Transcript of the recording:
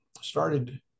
started